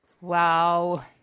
Wow